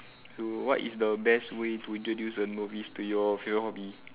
so what is the best way to introduce a novice to your favourite hobby